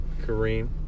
Kareem